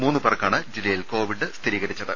മൂന്ന് പേർക്കാണ് ജില്ലയിൽ കോവിഡ് സ്ഥിരീകരിച്ചത്